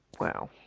Wow